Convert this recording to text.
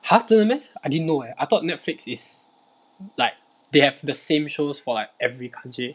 !huh! 真的 meh I didn't know eh I thought Netflix is like they have the same shows for like every country